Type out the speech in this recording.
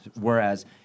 Whereas